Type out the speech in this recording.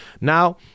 Now